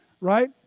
right